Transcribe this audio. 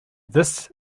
this